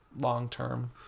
long-term